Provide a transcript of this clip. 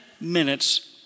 minutes